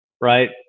right